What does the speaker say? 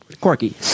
Quirky